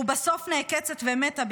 ובסוף נעקצת ומתה,